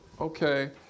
okay